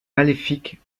maléfique